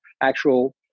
actual